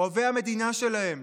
אוהבי המדינה שלהם,